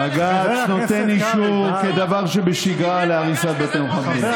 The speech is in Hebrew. בג"ץ נותן אישור כדבר שבשגרה להריסת בתי מחבלים.